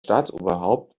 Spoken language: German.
staatsoberhaupt